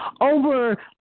over